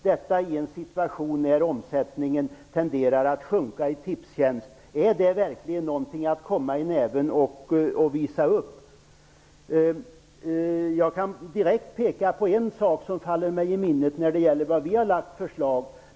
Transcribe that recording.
Detta sker i en situation när omsättningen i Tipstjänst tenderar att sjunka. Är det verkligen någonting att komma med och visa upp? Jag kan direkt peka på en sak som faller mig i minnet när det gäller förslag som vi har lagt fram.